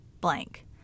blank